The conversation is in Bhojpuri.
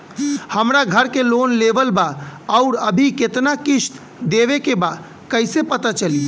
हमरा घर के लोन लेवल बा आउर अभी केतना किश्त देवे के बा कैसे पता चली?